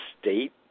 state